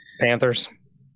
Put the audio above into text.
Panthers